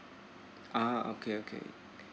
ah okay okay